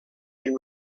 been